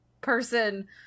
person